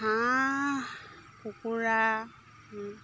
হাঁহ কুকুৰা